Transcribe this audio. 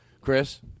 Chris